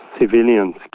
civilians